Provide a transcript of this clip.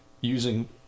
using